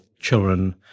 children